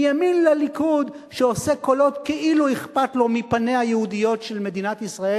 מימין לליכוד שעושה כאילו אכפת לו מפניה היהודיות של מדינת ישראל.